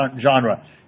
genre